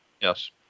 Yes